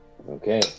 Okay